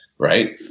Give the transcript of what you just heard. Right